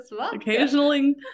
Occasionally